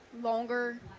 longer